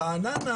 רעננה,